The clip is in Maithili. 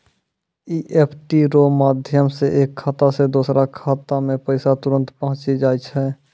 ई.एफ.टी रो माध्यम से एक खाता से दोसरो खातामे पैसा तुरंत पहुंचि जाय छै